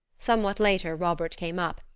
somewhat later robert came up,